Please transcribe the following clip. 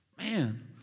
Man